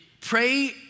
Pray